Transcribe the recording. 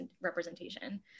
representation